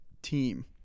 team